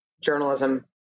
journalism